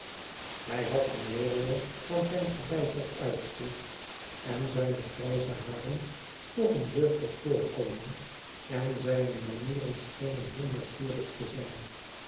hij had in weerwil van zijn verbijsterd uitzicht en zijne grijze haren nog een jeugdig voorkomen en zijne manieren schenen heel natuurlijk te zijn